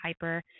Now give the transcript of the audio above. hyper